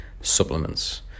supplements